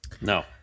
No